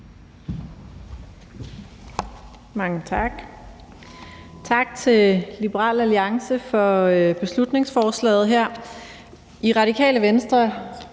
Mange tak. Tak til Liberal Alliance for beslutningsforslaget her. I Radikale Venstre